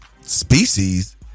species